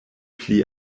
pli